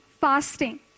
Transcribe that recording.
fasting